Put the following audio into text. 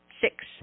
Six